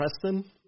Preston